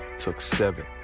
took seven.